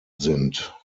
sind